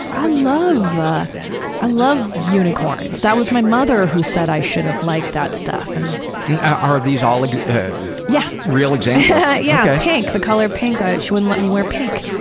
i love ah i love unicorns. that was my mother who said i shouldn't like that stuff. and are these all ah yeah real examples? yeah. yeah pink the color pink, she wouldn't let me wear pink.